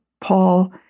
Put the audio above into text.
Paul